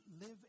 live